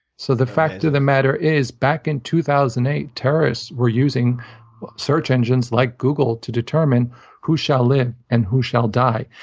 so the fact of the matter is, back in two thousand and eight, terrorists were using search engines like google to determine who shall live and who shall die.